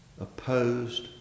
opposed